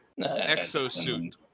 exosuit